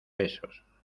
besos